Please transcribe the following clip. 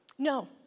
No